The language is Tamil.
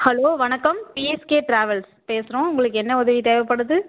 ஹலோ வணக்கம் டிஎஸ்கே டிராவல்ஸ் பேசுகிறோம் உங்களுக்கு என்ன உதவி தேவைப்படுது